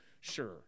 Sure